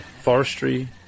forestry